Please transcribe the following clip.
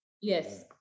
Yes